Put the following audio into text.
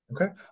Okay